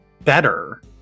better